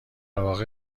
واقع